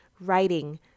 writing